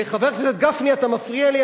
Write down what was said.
חבר הכנסת גפני, אתה מפריע לי.